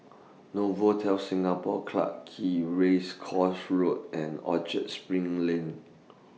Novotel Singapore Clarke Quay Race Course Road and Orchard SPRING Lane